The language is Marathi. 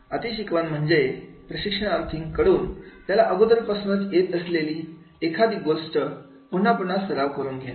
अती शिकवण म्हणजे प्रशिक्षणार्थीकडून त्याला अगोदरपासूनच येत असलेली एखादी गोष्ट पुन्हा पुन्हा सराव करून घेणे